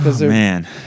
Man